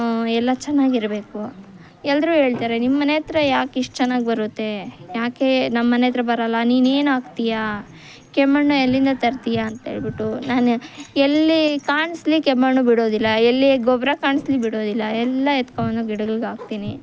ಎಲ್ಲ ಚೆನ್ನಾಗಿರ್ಬೇಕು ಎಲ್ಲರೂ ಹೇಳ್ತಾರೆ ನಿಮ್ಮನೆ ಹತ್ರ ಯಾಕೆ ಇಷ್ಟು ಚೆನ್ನಾಗಿ ಬರುತ್ತೆ ಯಾಕೆ ನಮ್ಮನೆ ಹತ್ರ ಬರಲ್ಲ ನೀನು ಏನು ಹಾಕ್ತೀಯಾ ಕೆಮ್ಮಣ್ಣು ಎಲ್ಲಿಂದ ತರ್ತೀಯಾ ಅಂಥೇಳ್ಬಿಟ್ಟು ನಾನು ಎಲ್ಲಿ ಕಾಣಿಸ್ಲಿ ಕೆಮ್ಮಣ್ಣು ಬಿಡೋದಿಲ್ಲ ಎಲ್ಲಿ ಗೊಬ್ಬರ ಕಾಣಿಸ್ಲಿ ಬಿಡೋದಿಲ್ಲ ಎಲ್ಲ ಎತ್ಕೊಂಡ್ಬಂದು ಗಿಡಗಳಿಗಾಕ್ತೀನಿ